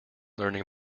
learning